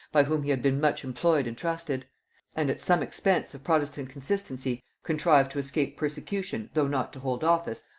by whom he had been much employed and trusted and at some expense of protestant consistency contrived to escape persecution, though not to hold office,